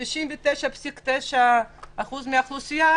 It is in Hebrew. אבל 99.9% מהאוכלוסייה